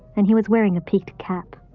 and he was wearing a peaked cap.